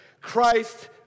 Christ